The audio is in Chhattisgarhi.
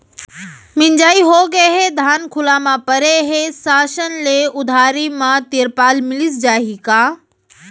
मिंजाई होगे हे, धान खुला म परे हे, शासन ले उधारी म तिरपाल मिलिस जाही का?